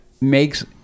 makes